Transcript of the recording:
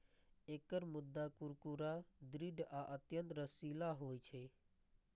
एकर गूद्दा कुरकुरा, दृढ़ आ अत्यंत रसीला होइ छै